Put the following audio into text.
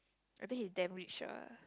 I think he's damn rich lah